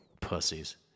Pussies